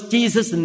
Jesus